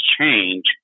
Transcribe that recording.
change